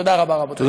תודה רבה, רבותיי.